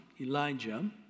Elijah